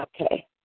Okay